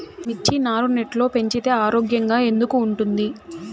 మిర్చి నారు నెట్లో పెంచితే ఆరోగ్యంగా ఎందుకు ఉంటుంది?